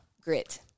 Grit